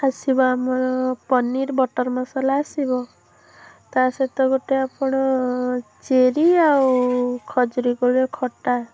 ଆସିବ ଆମର ପନିର୍ ବଟର୍ ମସଲା ଆସିବ ତା'ସହିତ ଗୋଟେ ଆପଣ ଚେରି ଆଉ ଖଜୁରୀ କୋଳିର ଖଟା